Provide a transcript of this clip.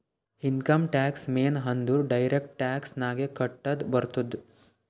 income tax ಮೇನ್ ಅಂದುರ್ direct tax ನಾಗೆ ಕಟ್ಟದ್ ಬರ್ತುದ್